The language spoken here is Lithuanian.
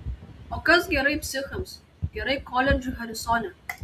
o kas gerai psichams gerai koledžui harisone